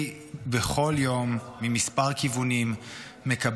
בכל יום אני מקבל מכמה כיוונים פניות